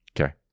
Okay